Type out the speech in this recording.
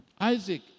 Isaac